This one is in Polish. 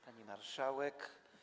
Pani Marszałek!